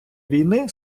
війни